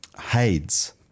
Hades